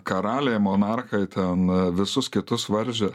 karaliai monarchai ten visus kitus varžė